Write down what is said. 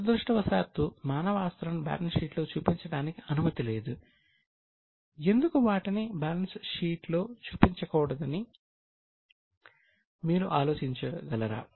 దురదృష్టవశాత్తు మానవ ఆస్తులను బ్యాలెన్స్ షీట్లో చూపించడానికి అనుమతి లేదు ఎందుకు వాటిని బ్యాలెన్స్ షీట్లో చూపించకూడదని మీరు ఆలోచించగలరా